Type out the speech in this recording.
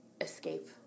escape